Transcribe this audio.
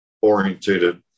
orientated